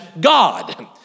God